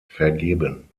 vergeben